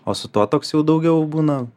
o su tuo toks jau daugiau būna